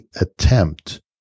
attempt